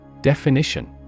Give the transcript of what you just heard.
Definition